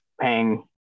paying